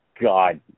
god